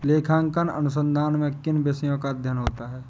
लेखांकन अनुसंधान में किन विषयों का अध्ययन होता है?